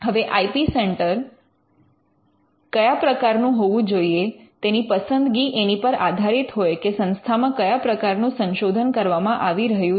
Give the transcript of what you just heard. હવે I P centre કયા પ્રકારનું હોવું જોઈએ તેની પસંદગી એની પર આધારિત હોય કે સંસ્થામાં કયા પ્રકારનું સંશોધન કરવામાં આવી રહ્યું છે